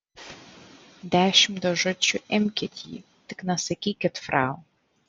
dešimt dėžučių imkit jį tik nesakykit frau